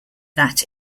that